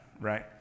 right